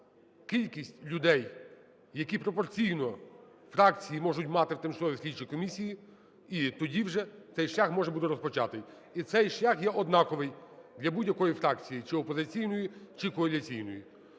кількість людей, які пропорційно фракції можуть мати в тимчасовій слідчій комісії, і тоді вже цей шлях може бути розпочатий. І цей шлях є однаковий для будь-якої фракції: чи опозиційної, чи коаліційної.